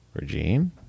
Regine